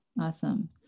Awesome